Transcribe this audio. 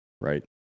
right